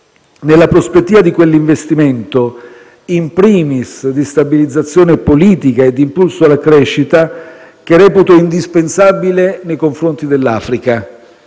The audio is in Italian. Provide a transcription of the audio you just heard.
nella prospettiva di quell'investimento, *in primis* di stabilizzazione politica e di impulso alla crescita, che reputo indispensabile nei confronti dell'Africa,